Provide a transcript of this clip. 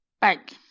Bank